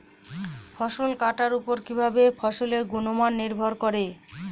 ফসল কাটার উপর কিভাবে ফসলের গুণমান নির্ভর করে?